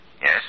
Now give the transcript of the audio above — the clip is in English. Yes